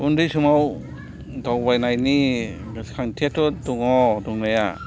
उन्दै समाव दावबायनायनि गोसोखांथियाथ' दङ दंनाया